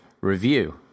review